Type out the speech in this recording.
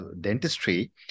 dentistry